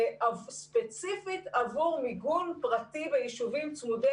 ספציפית עבור מיגון פרטי ביישובים צמודי